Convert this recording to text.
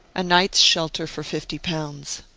a night's shelter for fifty pounds.